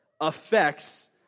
affects